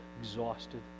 exhausted